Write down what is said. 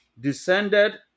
Descended